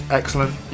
excellent